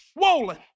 swollen